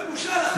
זו בושה לך, כשר.